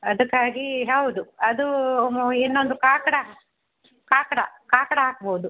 ಅದಕ್ಕಾಗಿ ಹೌದು ಅದು ಮು ಇನ್ನೊಂದು ಕಾಕಡ ಕಾಕಡ ಕಾಕಡ ಹಾಕ್ಬೋದು